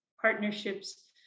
partnerships